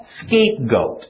scapegoat